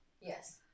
Yes